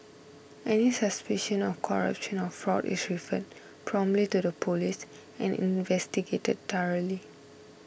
any suspicion of corruption or fraud is referred promptly to the Police and investigated thoroughly